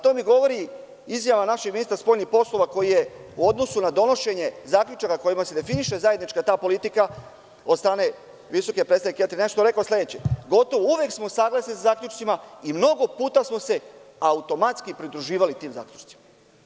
To mi govori izjava našeg ministra spoljnih poslova koji je u odnosu na donošenje zaključaka kojima se definiše ta zajednička politika od strane visoke predstavnice Ketrin Ešton, rekao sledeće: „Gotovo uvek smo saglasni sa zaključcima i mnogo puta smo se automatski pridruživali tim zaključcima“